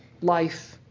life